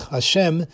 Hashem